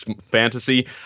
fantasy